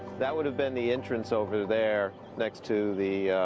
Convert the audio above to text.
that would have been the entrance over there next to the